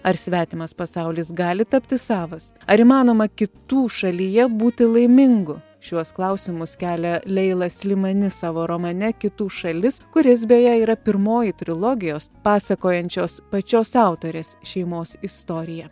ar svetimas pasaulis gali tapti savas ar įmanoma kitų šalyje būti laimingu šiuos klausimus kelia leila slimani savo romane kitų šalis kuris beje yra pirmoji trilogijos pasakojančios pačios autorės šeimos istoriją